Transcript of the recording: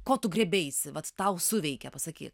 ko tu griebeisi vat tau suveikė pasakyk